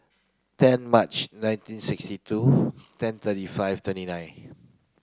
ten March nineteen sixty two ten thirty five twenty nine